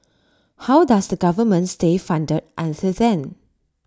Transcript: how does the government stay funded until then